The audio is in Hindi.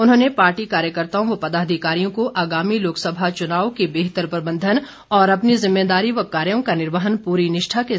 उन्होंने पार्टी कार्यकर्ताओं व पदाधिकारियों को आगामी लोकसभा चुनाव के बेहतर प्रबंधन और अपनी ज़िम्मेदारी व कार्यों का निर्वहन पूरी निष्ठा के साथ करने को कहा